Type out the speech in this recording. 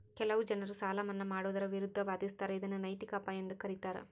ಕೆಲವು ಜನರು ಸಾಲ ಮನ್ನಾ ಮಾಡುವುದರ ವಿರುದ್ಧ ವಾದಿಸ್ತರ ಇದನ್ನು ನೈತಿಕ ಅಪಾಯ ಎಂದು ಕರೀತಾರ